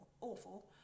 awful